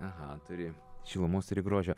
aha turi šilumos turi grožio